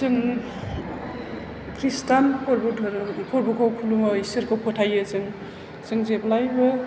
जों खृस्टान फोरबुखौ खुलुमो इसोरखौ फोथायो जों जों जेब्लायबो